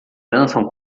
dançam